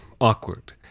awkward